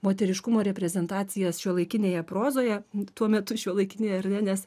moteriškumo reprezentacijas šiuolaikinėje prozoje tuo metu šiuolaikinėje ar ne nes